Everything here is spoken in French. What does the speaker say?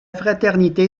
fraternité